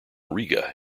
riga